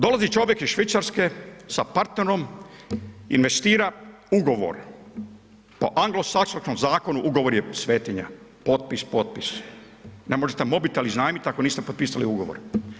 Dolazi čovjek iz Švicarske sa partnerom investira ugovor, po Anglosaksonskom zakonu ugovor je svetinja, potpis, potpis, ne možete mobitel iznajmiti ako niste potpisali ugovor.